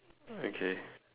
okay